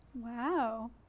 Wow